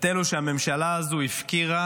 את אלה שהממשלה הזאת הפקירה